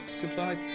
Goodbye